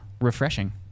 Refreshing